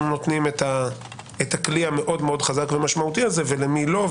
נותנים את הכלי המאוד מאוד חזק ומשמעותי הזה ולמי לא,